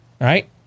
right